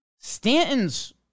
Stanton's